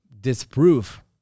disprove